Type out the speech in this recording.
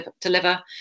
deliver